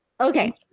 Okay